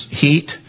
heat